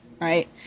right